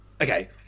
Okay